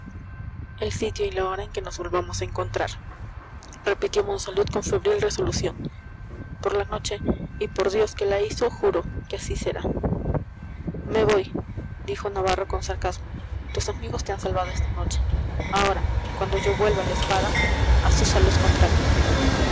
el sitio y la hora en que nos volvamos a encontrar repitió monsalud con febril resolución por la noche y por dios que la hizo juro que así será me voy dijo navarro con sarcasmo tus amigos te han salvado esta noche ahora cuando yo vuelva la espalda azúzalos contra mí